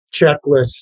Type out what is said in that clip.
checklist